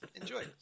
Enjoy